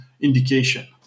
indication